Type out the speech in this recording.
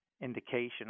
indication